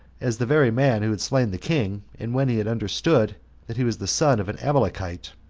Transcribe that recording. as the very man who had slain the king, and when he had understood that he was the son of an amalekite,